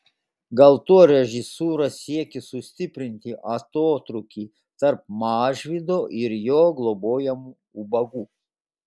gal tuo režisūra siekė sustiprinti atotrūkį tarp mažvydo ir jo globojamų ubagų